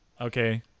Okay